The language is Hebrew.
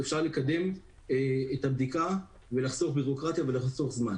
אפשר לקדם את הבדיקה ולחסוך ביורוקרטיה וזמן.